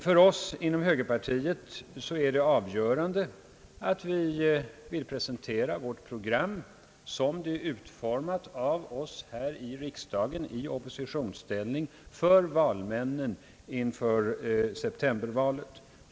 För oss inom högerpartiet är det avgörande att vi vill presentera vårt program, som det är utformat av oss här i riksdagen i oppositionsställning, för valmännen inför septembervalet.